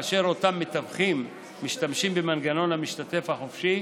ואותם מתווכים משתמשים במנגנון המשתתף החופשי